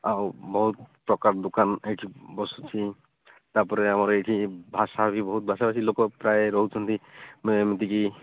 ଆଉ ବହୁତ ପ୍ରକାର ଦୋକାନ ଏଠି ବସିଛି ତା' ପରେ ଆମର ଏଠି ଭାଷା ବି ବହୁତ ଭାଷା ଭାଷୀ ଲୋକ ପ୍ରାୟ ରହୁଛନ୍ତି ଏମିତି କି